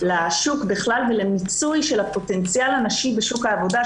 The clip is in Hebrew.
לשוק בכלל ולמיצוי של הפוטנציאל הנשי בשוק העבודה,